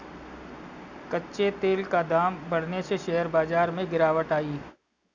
कच्चे तेल का दाम बढ़ने से शेयर बाजार में गिरावट आई